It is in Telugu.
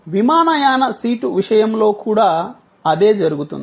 విమానయాన సీటు విషయంలో కూడా అదే జరుగుతుంది